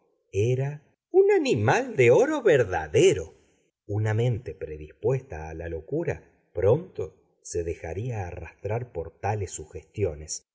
era un animal de oro verdadero una mente predispuesta a la locura pronto se dejaría arrastrar por tales sugestiones